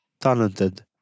talented